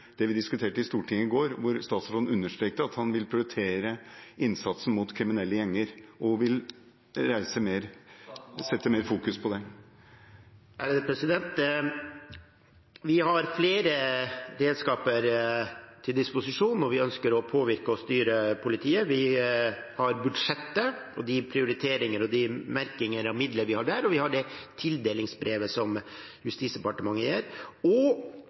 det vi diskuterte i Stortinget i går, hvor statsråden understreket at han vil prioritere innsatsen mot kriminelle gjenger og vil reise mer – å fokusere mer på det? Vi har flere redskaper til disposisjon når vi ønsker å påvirke og styre politiet. Vi har budsjettet og de prioriteringer og merkinger av midler som vi har der, vi har tildelingsbrevet som Justisdepartementet gir, og